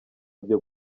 byo